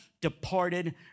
departed